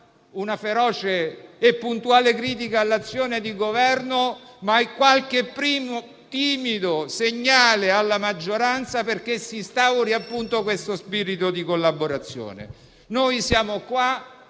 una feroce e puntuale critica all'azione di Governo, ma anche qualche primo timido segnale alla maggioranza affinché si instauri uno spirito di collaborazione. Noi siamo qui